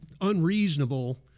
unreasonable